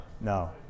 No